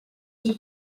iki